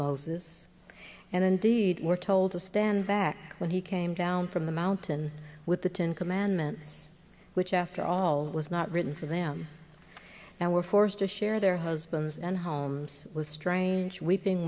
moses and indeed were told to stand back when he came down from the mountain with the ten commandments which after all was not written for them now were forced to share their husbands and homes with strange weeping